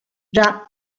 già